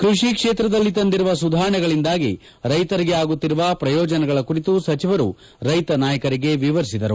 ಕೃಷಿ ಕ್ಷೇತ್ರದಲ್ಲಿ ತಂದಿರುವ ಸುಧಾರಣೆಗಳಿಂದಾಗಿ ರೈತರಿಗೆ ಆಗುತ್ತಿರುವ ಪ್ರಯೋಜನಗಳ ಕುರಿತು ಸಚಿವರು ರೈತ ನಾಯಕರಿಗೆ ವಿವರಿಸಿದರು